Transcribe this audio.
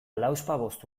lauzpabost